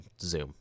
Zoom